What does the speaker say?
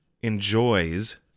enjoys